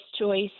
choice